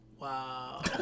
Wow